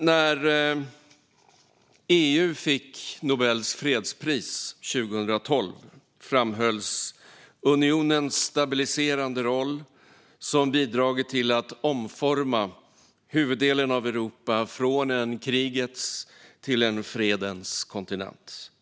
När EU fick Nobels fredspris 2012 framhölls unionens stabiliserande roll, som bidragit till att omforma huvuddelen av Europa från en krigets till en fredens kontinent.